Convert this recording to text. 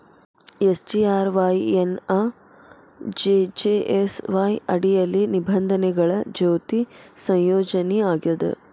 SGRY ಎನ್ನಾ JJSY ಅಡಿಯಲ್ಲಿ ನಿಬಂಧನೆಗಳ ಜೊತಿ ಸಂಯೋಜನಿ ಆಗ್ಯಾದ